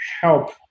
help